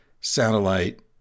satellite